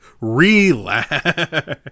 relax